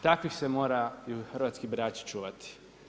Takvih se moraju hrvatski birači čuvati.